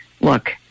look